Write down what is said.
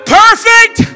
perfect